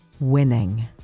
Winning